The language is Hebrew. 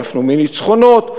עייפנו מניצחונות,